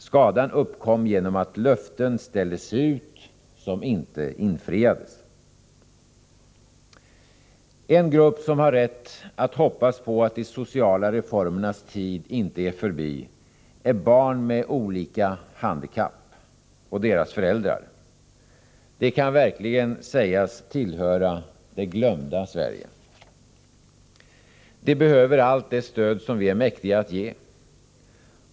Skadan uppkom genom att löften ställdes ut som inte infriades. En grupp som har rätt att hoppas på att de sociala reformernas tid inte är förbi är barn med olika handikapp och deras föräldrar. De kan verkligen sägas tillhöra Det glömda Sverige. De behöver allt det stöd som vi är mäktiga att ge.